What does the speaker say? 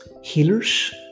healers